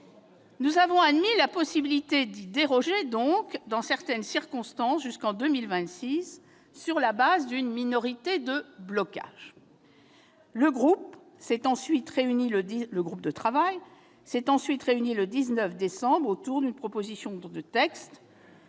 Nous avons admis, disais-je, la possibilité d'y déroger dans certaines circonstances jusqu'en 2026 sur la base d'une minorité de blocage. Le groupe de travail s'est ensuite réuni le 19 décembre autour d'une proposition de texte,